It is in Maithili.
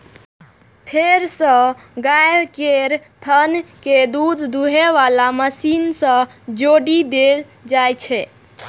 फेर सब गाय केर थन कें दूध दुहै बला मशीन सं जोड़ि देल जाइ छै